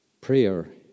Prayer